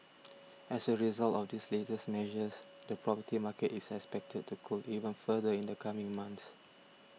as a result of these latest measures the property market is expected to cool even further in the coming months